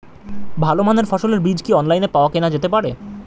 ভালো মানের ফসলের বীজ কি অনলাইনে পাওয়া কেনা যেতে পারে?